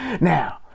now